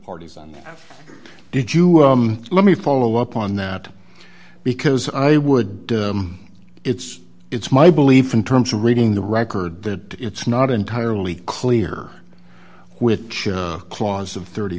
parties and did you let me follow up on that because i would it's it's my belief in terms of reading the record that it's not entirely clear which clause of th